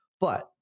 but-